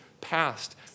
passed